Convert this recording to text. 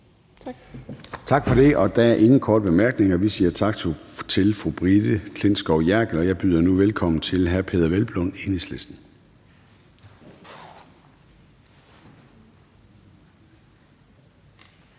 Tak for det. Der er ikke flere korte bemærkninger, så vi siger tak til fru Brigitte Klintskov Jerkel. Jeg byder velkommen til hr. Peder Hvelplund, Enhedslisten.